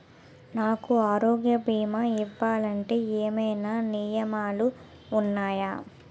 నాకు ఆరోగ్య భీమా ఇవ్వాలంటే ఏమైనా నియమాలు వున్నాయా?